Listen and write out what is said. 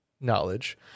knowledge